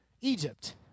Egypt